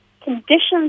conditions